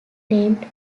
named